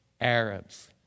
Arabs